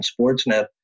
Sportsnet